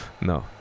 No